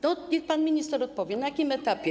Niech pan minister odpowie, na jakim etapie?